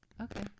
Okay